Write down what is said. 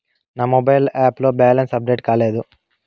నా mobile app లో balance update కాలేదు